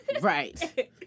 Right